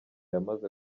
yamaze